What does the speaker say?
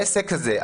העסק הזה,